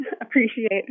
appreciate